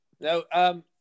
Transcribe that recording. No